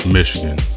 Michigan